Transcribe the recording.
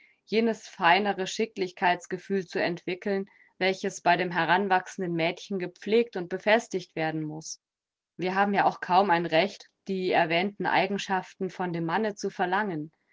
jenes feinere schicklichkeitsgefühl zu entwickeln welches bei dem heranwachsenden mädchen gepflegt und befestigt werden muß wir haben ja auch kaum ein recht die erwähnten eigenschaften von dem manne zu verlangen